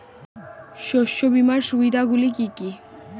শস্য বীমার সুবিধা গুলি কি কি?